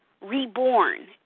reborn